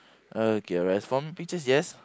okay alright from the pictures yes